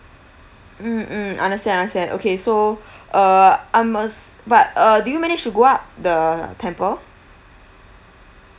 mm mm understand understand okay so err I must but uh do you manage to go up the temple